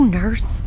nurse